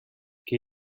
què